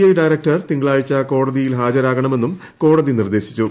I director തിങ്കളാഴ്ച കോടതിയിൽ ഹാജരാകണമെന്നും കോടതി നിർദ്ദേശിച്ചു